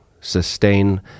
sustain